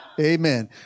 Amen